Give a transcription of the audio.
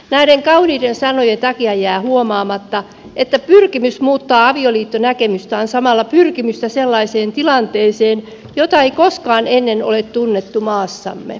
näiden kauniiden sanojen takia jää huomaamatta että pyrkimys muuttaa avioliittonäkemystä on samalla pyrkimystä sellaiseen tilanteeseen jota ei koskaan ennen ole tunnettu maassamme